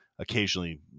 occasionally